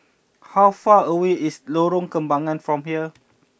how far away is Lorong Kembagan from here